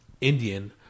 Indian